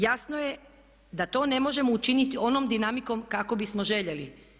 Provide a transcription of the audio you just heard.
Jasno je da to ne možemo učiniti onom dinamikom kako bismo željeli.